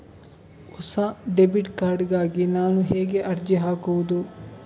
ಹೊಸ debit card ಗಾಗಿ ನಾನು ಹೇಗೆ ಅರ್ಜಿ ಹಾಕುದು?